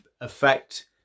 affect